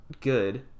good